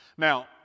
Now